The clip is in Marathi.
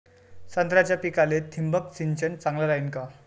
संत्र्याच्या पिकाले थिंबक सिंचन चांगलं रायीन का?